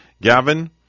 Gavin